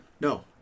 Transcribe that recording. No